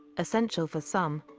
essential for some,